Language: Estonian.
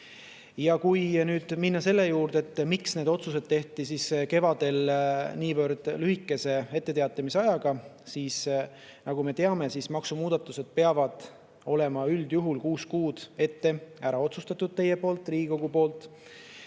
Kui nüüd minna selle juurde, miks need otsused tehti kevadel niivõrd lühikese etteteatamisajaga, siis nagu me teame, peavad maksumuudatused olema üldjuhul kuus kuud ette ära otsustatud teie, Riigikogu poolt.